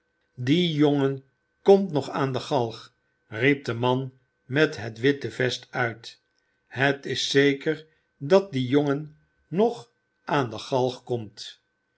die jongen komt nog aan de galg riep de man met het witte vest uit het is zeker dat die jongen nog aan de galg komt